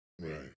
Right